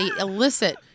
elicit